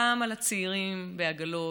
גם על הצעירים עם עגלות,